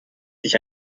sich